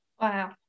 Wow